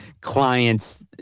clients